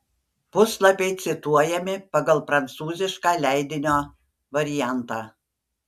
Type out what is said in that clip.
puslapiai cituojami pagal prancūzišką leidinio variantą